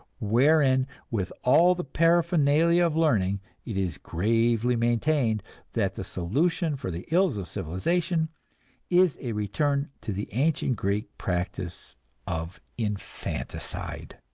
wherein with all the paraphernalia of learning it is gravely maintained that the solution for the ills of civilization is a return to the ancient greek practice of infanticide.